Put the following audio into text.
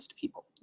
people